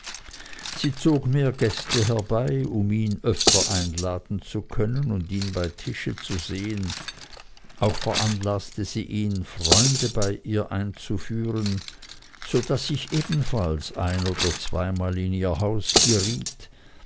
sie zog mehr gäste herbei um ihn öfter einladen zu können und ihn bei tische zu sehen auch veranlaßte sie ihn freunde bei ihr einzuführen so daß ich ebenfalls ein oder zweimal in ihr haus geriet